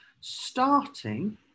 starting